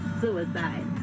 suicide